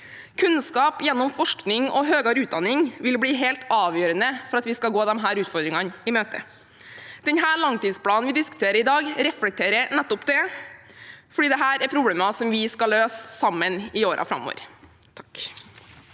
Kunnskap gjennom forskning og høyere utdanning vil bli helt avgjørende for at vi skal gå disse utfordringene i møte. Denne langtidsplanen vi diskuterer i dag, reflekterer nettopp dette, for dette er problemer vi skal løse sammen i årene framover.